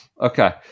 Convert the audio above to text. Okay